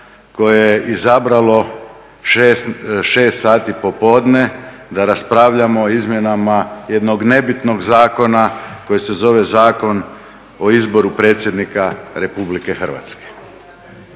koje je izabralo 6 sati popodne da raspravljamo o izmjenama jednog nebitnog zakona koji se zove Zakon o izboru predsjednika RH. Neću ovdje